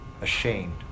ashamed